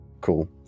Cool